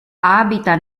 abita